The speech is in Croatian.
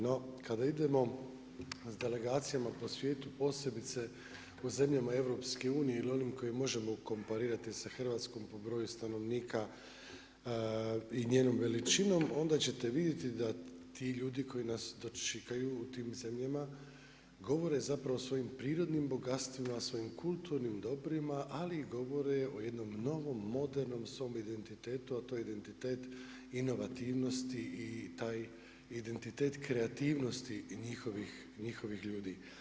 No, kada idemo s delegacijama po svijetu posebice u zemljama Europske unije ili onim kojima možemo komparirati sa Hrvatskom po broju stanovnika i njenom veličinom, onda ćete vidjeti da ti ljudi koji nas dočekaju u tim zemljama govore zapravo o svojim prirodnim bogatstvima, svojim kulturnim dobrima ali i govore o jednom modernom svom identitetu a to je identitet inovativnosti i taj identitet kreativnosti i njihovih ljudi.